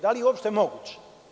Da li je uopšte moguće?